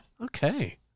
Okay